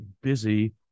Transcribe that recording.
busy